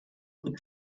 بودم